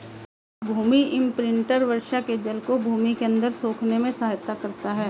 भूमि imprinter वर्षा के जल को भूमि के अंदर सोखने में सहायता करता है